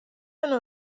نوع